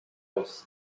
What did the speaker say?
aussi